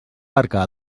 barca